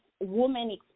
woman